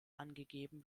angegeben